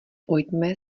pojďme